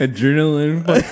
Adrenaline